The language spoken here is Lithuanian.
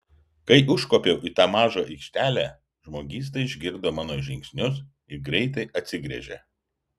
kai užkopiau į tą mažą aikštelę žmogysta išgirdo mano žingsnius ir greitai atsigręžė